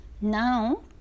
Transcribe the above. Now